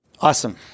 Awesome